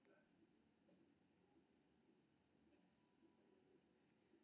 जौं कोइ अपन स्वरोजगार कें बढ़ाबय चाहै छै, तो उहो एहि योजना सं ऋण लए सकै छै